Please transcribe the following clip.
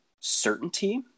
certainty